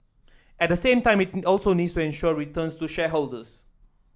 at the same time it also needs to ensure returns to shareholders